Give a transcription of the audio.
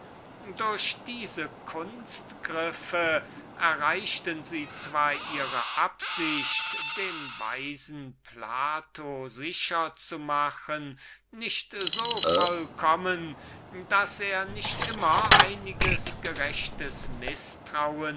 durch diese kunstgriffe erreichten sie zwar die absicht den weisen plato sicher zu machen nicht so vollkommen daß er nicht immer einiges gerechtes